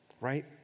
Right